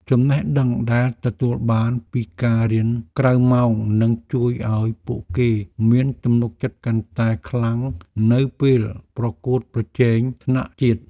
ចំណេះដឹងដែលទទួលបានពីការរៀនក្រៅម៉ោងនឹងជួយឱ្យពួកគេមានទំនុកចិត្តកាន់តែខ្លាំងនៅពេលប្រកួតប្រជែងថ្នាក់ជាតិ។